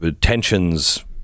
tensions